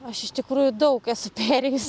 aš iš tikrųjų daug esu perėjus